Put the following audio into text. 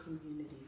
community